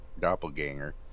doppelganger